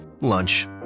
Lunch